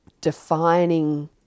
defining